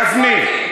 גפני,